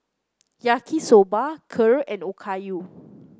Yaki Soba Kheer and Okayu